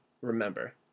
Remember